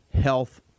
health